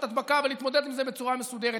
הדבקה ולהתמודד עם זה בצורה מסודרת.